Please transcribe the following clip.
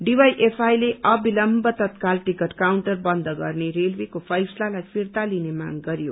डीवाईएफआईले अविलम्ब tatkal ticket counter बन्द गर्ने रेलवेको फैसलालाई फिर्ता लिने माग गरयो